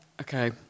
Okay